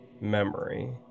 memory